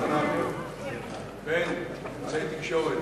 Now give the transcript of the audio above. הבחנה בין אמצעי תקשורת